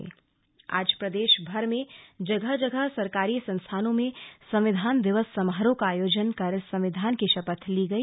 संविधान दिवस आज प्रदेश भर में जगह जगह सरकारी संस्थानों में संविधान दिवस समारोह का आयोजन कर संविधान की शपथ ली गई